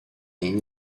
ligne